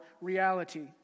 reality